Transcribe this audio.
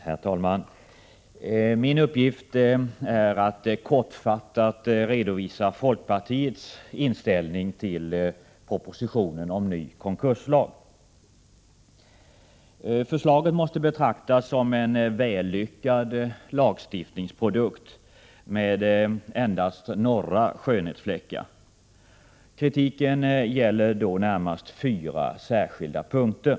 Herr talman! Min uppgift är att kortfattat redovisa folkpartiets inställning till propositionen om ny konkurslag. Förslaget måste betraktas som en vällyckad lagstiftningsprodukt med endast några skönhetsfläckar. Kritiken gäller främst fyra särskilda punkter.